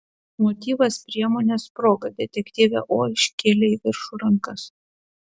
motyvas priemonės proga detektyvė o iškėlė į viršų rankas